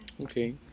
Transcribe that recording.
okay